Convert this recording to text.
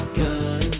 gun